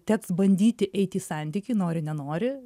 teks bandyti eiti į santykį nori nenori